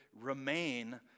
remain